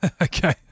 okay